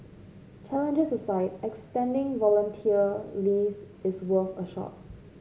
challenges aside extending volunteer leave is worth a shot